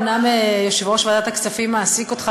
אומנם יושב-ראש ועדת הכספים מעסיק אותך,